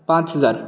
पांच हजार